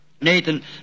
Nathan